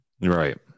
right